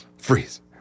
Freeze